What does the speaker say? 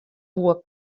woe